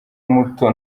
muto